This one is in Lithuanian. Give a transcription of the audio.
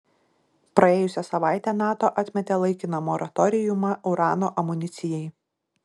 praėjusią savaitę nato atmetė laikiną moratoriumą urano amunicijai